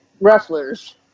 wrestlers